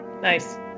nice